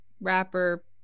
rapper